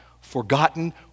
forgotten